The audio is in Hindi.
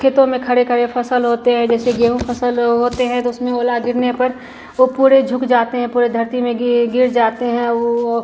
खेतों में खड़ी खड़ी फ़सल होती है जैसे गेहूँ फ़सल होती है तो उसमें ओला गिरने पर वह पूरी झुक जाती हैं पूरी धरती में गि गिर जाती हैं वह और